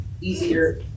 easier